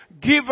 Give